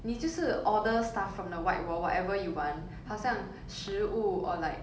你就是 order stuff from the white wall whatever you want 好像食物 or like